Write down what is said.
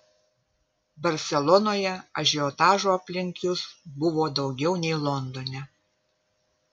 barselonoje ažiotažo aplink jus buvo daugiau nei londone